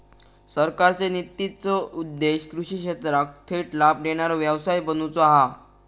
सरकारचे नितींचो उद्देश्य कृषि क्षेत्राक थेट लाभ देणारो व्यवसाय बनवुचा हा